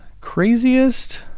Craziest